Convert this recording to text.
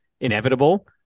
inevitable